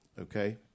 okay